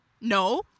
No